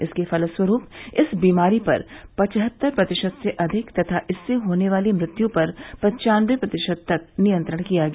इसके फलस्वरूप इस बीमारी पर पच्चहत्तर प्रतिशत से अधिक तथा इससे होने वाली मृत्यू पर पंचान्नबे प्रतिशत तक नियंत्रण किया गया